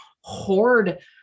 hoard